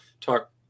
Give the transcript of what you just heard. talk